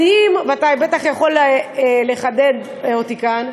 מדהים, ואתה בטח יכול לחדד אותי כאן,